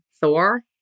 Thor